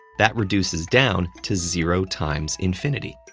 that reduces down to zero times infinity.